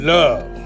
love